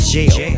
Jail